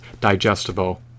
digestible